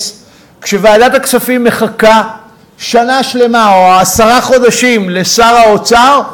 כשוועדת הכספים מחכה שנה שלמה או עשרה חודשים לשר האוצר,